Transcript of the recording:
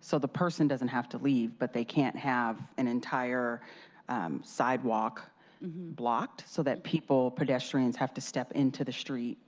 so the person doesn't have to leave, but they can't have an entire sidewalk blocked, so that people, pedestrians have to step in to the streets